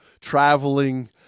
traveling